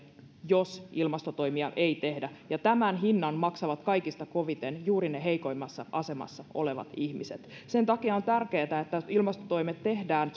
jos ilmastotoimia ei tehdä ja tämän hinnan maksavat kaikista koviten juuri heikoimmassa asemassa olevat ihmiset sen takia on tärkeätä että ilmastotoimet tehdään